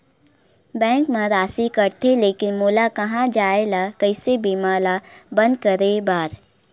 Bank मा राशि कटथे लेकिन मोला कहां जाय ला कइसे बीमा ला बंद करे बार?